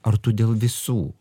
ar tu dėl visų